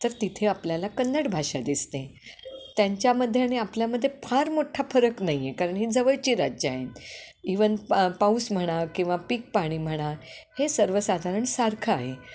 तर तिथे आपल्याला कन्नड भाषा दिसते त्यांच्यामध्ये आणि आपल्यामध्ये फार मोठ्ठा फरक नाहीये कारण ही जवळची राज्य आहे इव्हन पा पाऊस म्हणा किंवा पीक पाणी म्हणा हे सर्वसाधारण सारखं आहे